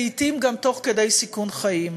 לעתים גם תוך כדי סיכון חיים.